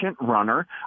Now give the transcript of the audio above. runner